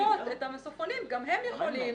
שמספקות את המסופונים גם הן יכולות.